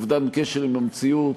אובדן קשר עם המציאות,